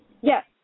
Yes